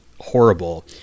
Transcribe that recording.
horrible